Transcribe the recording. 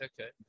okay